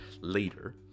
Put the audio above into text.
later